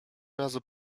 razu